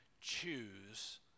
choose